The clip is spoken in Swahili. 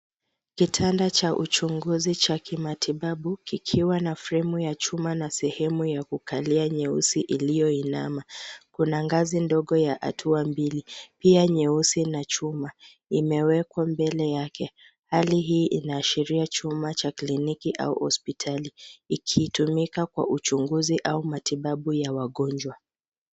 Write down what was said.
Kitanda cha uchunguzi cha kimatibabu kikiwa na fremu ya chuma na sehemu ya kukalia nyeusi iliyoinama. Kuna ngazi ndogo ya hatua mbili pia nyeusi na chuma imewekwa mbele yake. Hali hii inaashiria chumba cha kliniki au hospitali ikitumika kwa uchunguzi au matibabu ya wagonjwa.